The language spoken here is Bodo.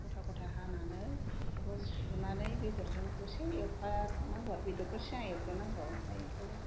गथा गथा हानानै बेखौबो सुनानै बेदरजों दसे एवफानांगौ आरो बेदरखौ सिगां एवग्रोनांगौ ओमफ्राइ बिखौ